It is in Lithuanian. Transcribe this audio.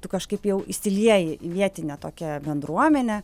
tu kažkaip jau įsilieji į vietinę tokią bendruomenę